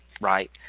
right